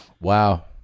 Wow